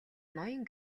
ноён